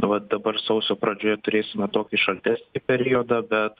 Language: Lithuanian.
vat dabar sausio pradžioje turėsime tokį šaltesnį periodą bet